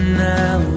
now